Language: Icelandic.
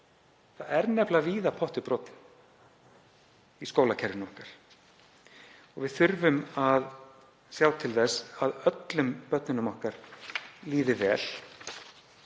Það er nefnilega víða pottur brotinn í skólakerfinu okkar og við þurfum að sjá til þess að öllum börnunum okkar líði vel